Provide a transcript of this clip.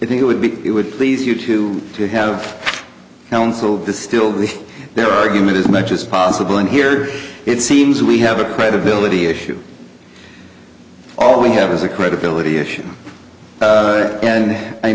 i think it would be it would please you to to have counseled to still be there argument as much as possible and here it seems we have a credibility issue all we have is a credibility issue and i